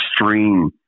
extreme